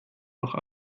noch